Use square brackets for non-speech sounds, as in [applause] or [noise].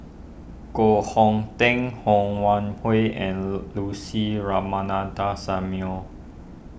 Koh Hong Teng Ho Wan Hui and [unintelligible] Lucy [unintelligible] Samuel